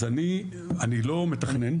אז אני לא מתכנן.